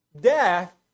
Death